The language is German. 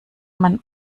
man